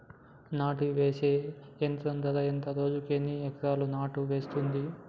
నాటు వేసే యంత్రం ధర ఎంత రోజుకి ఎన్ని ఎకరాలు నాటు వేస్తుంది?